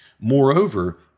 Moreover